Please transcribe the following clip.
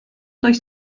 does